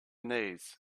knees